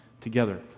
together